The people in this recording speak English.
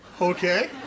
Okay